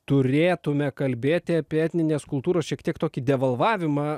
turėtume kalbėti apie etninės kultūros šiek tiek tokį devalvavimą